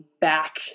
back